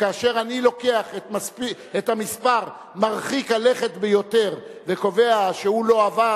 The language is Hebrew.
וכאשר אני לוקח את המספר מרחיק הלכת ביותר וקובע שהוא לא עבר,